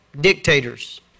Dictators